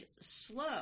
slow